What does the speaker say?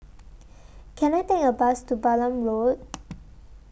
Can I Take A Bus to Balam Road